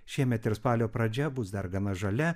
šiemet ir spalio pradžia bus dar gana žalia